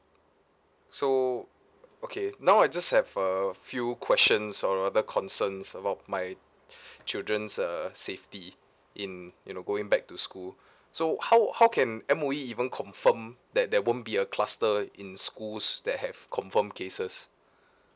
so okay now I just have a few questions or rather concerns about my children's uh safety in you know going back to school so how how can M_O_E even confirmed that there won't be a cluster in schools that have confirmed cases